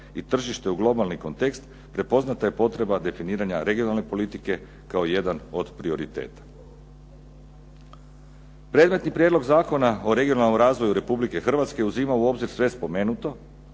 i tržište u globalni kontekst prepoznata je potreba definiranja regionalne politike kao jedan od prioriteta. Predmetni prijedlog zakona o regionalnom razvoju Republike Hrvatske, uzima u obzir sve spomenuto,